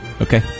okay